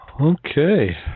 Okay